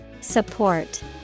Support